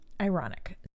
ironic